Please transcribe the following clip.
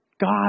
God